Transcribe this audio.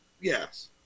Yes